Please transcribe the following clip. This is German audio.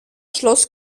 schloss